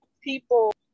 people